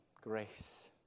Grace